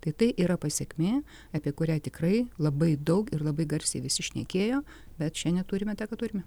tai tai yra pasekmė apie kurią tikrai labai daug ir labai garsiai visi šnekėjo bet šiandien turime tą ką turime